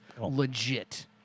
legit